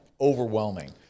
overwhelming